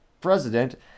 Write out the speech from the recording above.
president